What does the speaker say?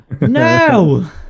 No